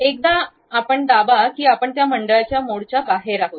एकदा आपण दाबा की आपण त्या मंडळाच्या मोडच्या बाहेर आहात